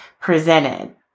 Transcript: presented